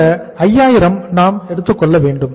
இந்த 5000 நாம் எடுத்துக்கொள்வோம்